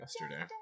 yesterday